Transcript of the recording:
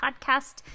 podcast